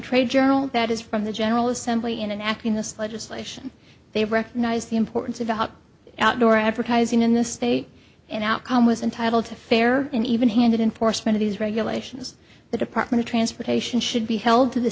trade journal that is from the general assembly in an act in this legislation they recognize the importance of outdoor advertising in the state and outcome was entitled to fair and even handed enforcement of these regulations the department of transportation should be held to the